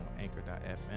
Anchor.fm